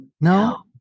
No